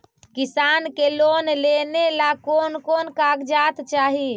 किसान के लोन लेने ला कोन कोन कागजात चाही?